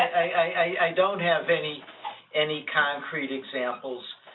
i don't have any any concrete examples.